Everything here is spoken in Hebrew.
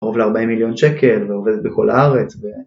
קרוב ל-40 מיליון שקל ועובד בכל הארץ